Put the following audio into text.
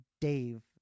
dave